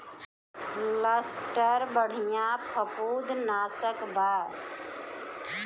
Luster बढ़िया फंफूदनाशक बा